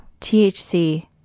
THC